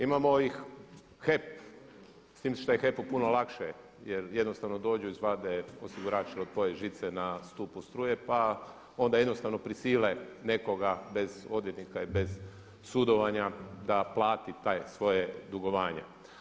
Imamo i HEP, s tim što je HEP-u puno lakše jer jednostavno dođu i izvade osigurač ili odvoje žice na stupu struje pa onda jednostavno prisile nekoga bez odvjetnika i bez sudovanja da plati to svoje dugovanje.